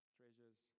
treasures